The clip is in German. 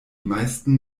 meisten